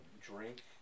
Drink